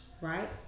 right